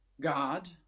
God